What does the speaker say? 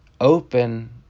open